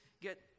get